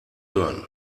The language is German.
hören